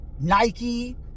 Nike